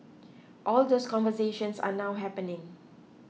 all those conversations are now happening